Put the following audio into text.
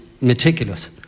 meticulous